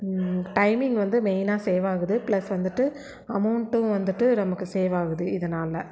timing வந்து மெயினாக save ஆகுது ப்ளஸ் வந்துட்டு அமௌண்ட்டும் வந்துவிட்டு நமக்கு சேவ் ஆகுது இதனால்